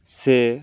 ସେ